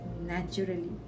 Naturally